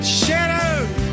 shadows